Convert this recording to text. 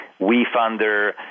WeFunder